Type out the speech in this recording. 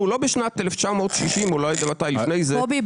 אנחנו לא בשנת 1960 אולי אתה נולדת לפני לזה --- קובי,